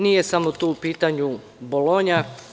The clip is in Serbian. Nije samo tu u pitanju Bolonja.